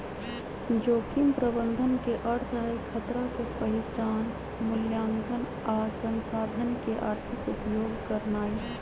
जोखिम प्रबंधन के अर्थ हई खतरा के पहिचान, मुलायंकन आ संसाधन के आर्थिक उपयोग करनाइ